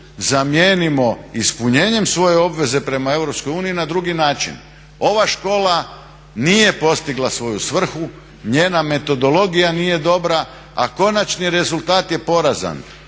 zamijenimo ispunjenjem svoje obveze prema EU na drugi način. Ova škola nije postigla svoju svrhu, njena metodologija nije dobra, a konačni rezultat je porazan.